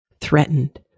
threatened